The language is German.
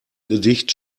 gedicht